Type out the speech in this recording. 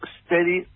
steady